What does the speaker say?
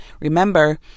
Remember